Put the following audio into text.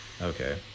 Okay